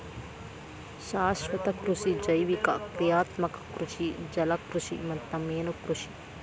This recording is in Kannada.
ಶಾಶ್ವತ ಕೃಷಿ ಜೈವಿಕ ಕ್ರಿಯಾತ್ಮಕ ಕೃಷಿ ಜಲಕೃಷಿ ಮತ್ತ ಮೇನುಕೃಷಿ